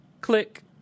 Click